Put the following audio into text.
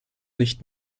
nicht